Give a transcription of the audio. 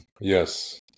Yes